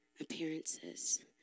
appearances